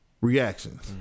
Reactions